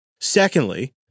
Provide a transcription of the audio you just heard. Secondly